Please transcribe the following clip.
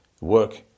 work